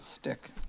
stick